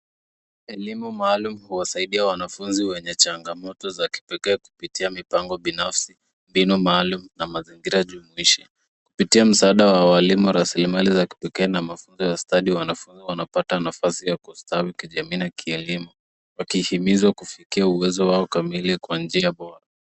Elimu maalum huwasaidia wanafunzi wenye changamoto za kipekee kupitia mpango binafsi, mbinu maalum na mazingira jumuishi. Kupitia msaada wa walimu, raslimali za kipekee na mafunzo ya ustadi, wanafunzi wanapata nafasi ya kustawi kijamii na kielimu wakihimizwa kufikia uwezo wao kamili kwa njia bora.